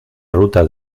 ruta